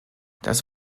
das